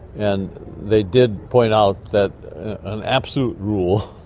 and they did point out that an absolute rule,